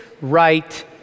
right